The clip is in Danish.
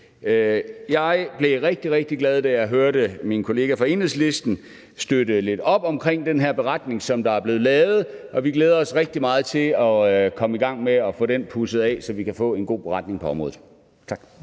rigtig, rigtig glad, da jeg hørte min kollega fra Enhedslisten støtte lidt op omkring den her beretning, som der er blevet lavet, og vi glæder os rigtig meget til at komme i gang med at få den pudset af, så vi kan få en god beretning på området.